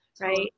Right